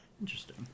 Interesting